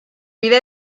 vida